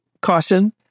caution